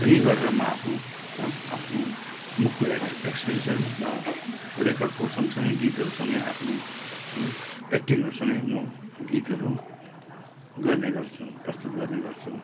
रि गरेर म आफ्नो आफ्नो मुखको एक्स एक्सप्रेसन र रेकर्डको सँगसँगै गीतहरूसँगै आफ्नो एक्टिङहरूसँगै म गीतहरू गर्ने गर्छु प्रस्तुत गर्ने गर्छु